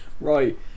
Right